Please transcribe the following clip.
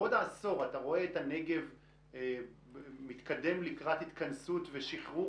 עוד עשור אתה רואה את הנגב מתקדם לקראת התכנסות ושחרור